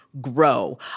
grow